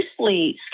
mostly